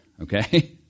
okay